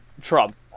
trump